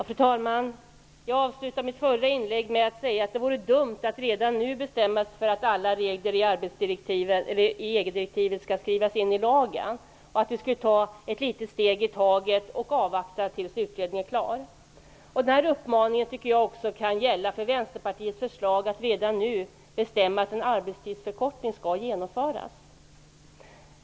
Fru talman! Jag avslutade mitt förra inlägg med att säga att det vore dumt att redan nu bestämma sig för att alla regler i EG-direktivet skall skrivas in i lagen, och att vi skulle ta ett litet steg i taget och avvakta tills utredningen är klar. Den uppmaningen kan också gälla för Vänsterpartiets förslag att redan nu bestämma att en arbetstidsförkortning skall genomföras.